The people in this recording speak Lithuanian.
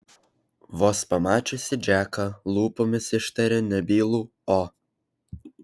vos pamačiusi džeką lūpomis ištarė nebylų o